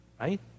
Right